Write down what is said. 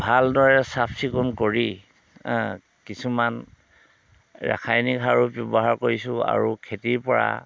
ভালদৰে চাফ চিকুণ কৰি কিছুমান ৰাসায়নিক সাৰো ব্যৱহাৰ কৰিছোঁ আৰু খেতিৰ পৰা